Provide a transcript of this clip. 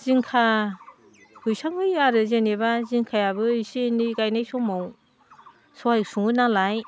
जिंखा बैसां होयो आरो जेनेबा जिंखायाबो इसे इनै गायनाय समाव सहाय सुङो नालाय